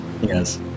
Yes